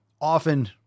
Often